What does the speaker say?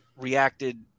Reacted